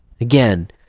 Again